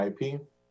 IP